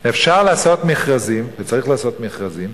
אפשר לעשות מכרזים וצריך לעשות מכרזים,